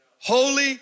Holy